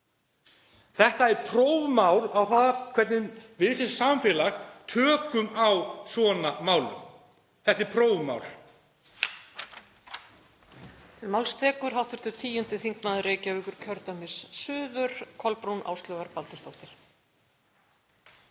Þetta er prófmál á það hvernig við sem samfélag tökum á svona málum. Þetta er prófmál.